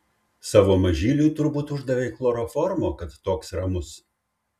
savo mažyliui turbūt uždavei chloroformo kad toks ramus